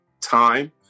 time